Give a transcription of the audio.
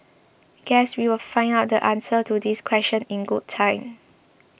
guess we will find out the answers to these questions in good time